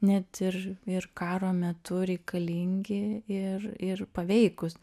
net ir ir karo metu reikalingi ir ir paveikūs